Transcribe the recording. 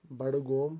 Budgam